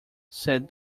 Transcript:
said